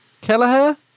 Kelleher